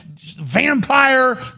vampire